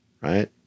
Right